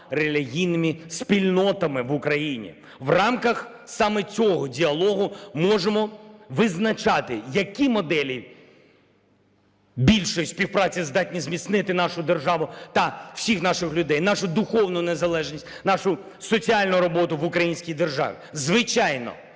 релігійними спільнотами в Україні. В рамках саме цього діалогу можемо визначати, які моделі більшої співпраці здатні зміцнити нашу державу та всіх наших людей, нашу духовну незалежність, нашу соціальну роботу в українській державі. Звичайно,